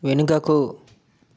వెనుకకు